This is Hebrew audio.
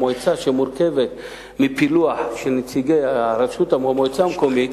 המועצה מורכבת מפילוח של נציגי הרשות או המועצה המקומית,